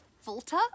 filter